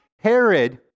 Herod